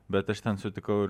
bet aš ten sutikau ir